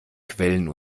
quellen